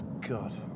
God